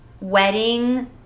wedding